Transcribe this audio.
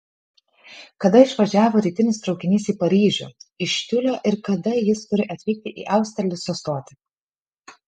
kada išvažiavo rytinis traukinys į paryžių iš tiulio ir kada jis turi atvykti į austerlico stotį